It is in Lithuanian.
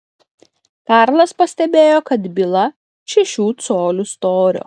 karlas pastebėjo kad byla šešių colių storio